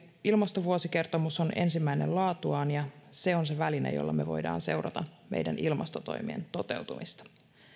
ilmastovuosikertomus on ensimmäinen laatuaan ja se on se väline jolla me voimme seurata meidän ilmastotoimien toteutumista